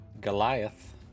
Goliath